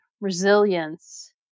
resilience